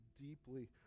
deeply